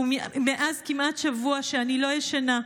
ומאז כמעט שבוע שאני לא ישנה.